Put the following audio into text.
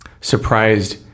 surprised